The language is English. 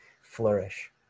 flourish